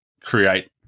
create